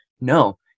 No